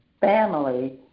family